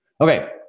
Okay